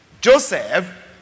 Joseph